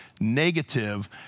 negative